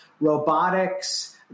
robotics